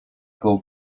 koło